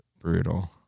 Brutal